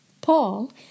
Paul